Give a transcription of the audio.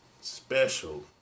special